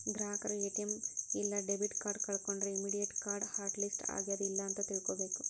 ಗ್ರಾಹಕರು ಎ.ಟಿ.ಎಂ ಇಲ್ಲಾ debit card ಕಳ್ಕೊಂಡ್ರ ಇಮ್ಮಿಡಿಯೇಟ್ ಕಾರ್ಡ್ ಹಾಟ್ ಲಿಸ್ಟ್ ಆಗ್ಯಾದ ಇಲ್ಲ ಅಂತ ತಿಳ್ಕೊಬೇಕ್